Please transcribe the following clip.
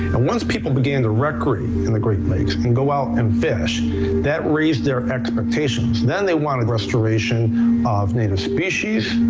and once people began to recreate in the great lakes and go out and fish that raised their expectations, then they wanted restoration of native species.